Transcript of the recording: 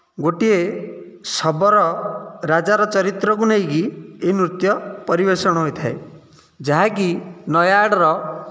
ଗୋଟିଏ ସବର ରାଜାର ଚରିତ୍ରକୁ ନେଇକି ଏହି ନୃତ୍ୟ ପରିବେଷଣ ହୋଇଥାଏ ଯାହାକି ନାୟାଗଡ଼ର